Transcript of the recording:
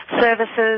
services